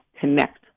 connect